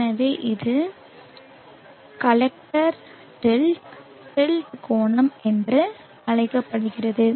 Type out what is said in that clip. எனவே இது collector tilt tilt கோணம் என்றும் அழைக்கப்படுகிறது